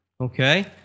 Okay